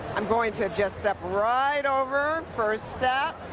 i'm going to just step right over, first step,